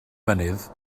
mynydd